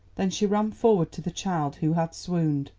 then she ran forward to the child, who had swooned.